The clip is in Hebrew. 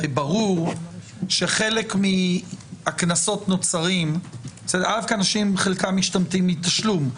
הרי ברור שחלק מהקנסות נוצרים בחלקם בשל אנשים משתמטים מתשלום,